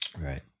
Right